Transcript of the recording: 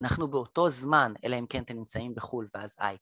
אנחנו באותו זמן, אלא אם כן אתם נמצאים בחו"ל ואז איי.